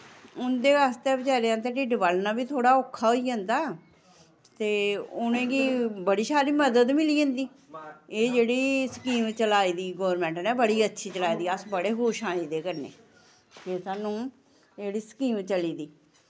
उं'दे आस्तै बचैरें आस्तै ढिड्ड पालना बी थोह्ड़ा औक्खा होई जंदा ते उ'नेंगी बड़ी सारी मदद मिली जंदी एह् जेह्ड़ी स्कीम चलाई दी गोरमैंट ने बड़ी अच्छी चलाई दी अस बड़े खुश आं इ'दे कन्नै के सानूं एह्ड़ी स्कीम चली दी